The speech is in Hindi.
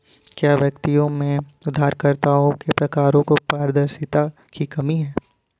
क्या व्यक्तियों में उधारकर्ताओं के प्रकारों में पारदर्शिता की कमी है?